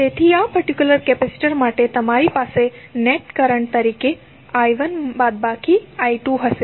તેથી આ particular capacitor માટે તમારી પાસે નેટ કરંટ તરીકે I1 I2 હશે